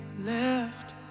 left